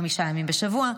חמישה ימים בשבוע,